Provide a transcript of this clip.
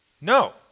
No